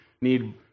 need